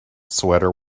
sweater